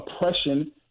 oppression